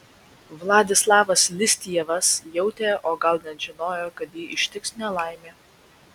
vladislavas listjevas jautė o gal net žinojo kad jį ištiks nelaimė